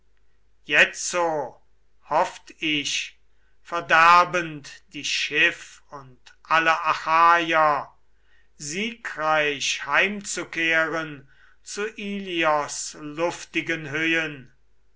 jetzo hofft ich verderbend die schiff und alle achaier siegreich heimzukehren zu ilios luftigen höhen